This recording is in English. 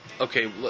Okay